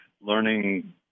Learning